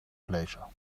pleasure